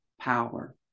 power